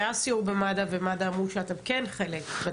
שמד"א אמרו שאתם כן חלק מזה.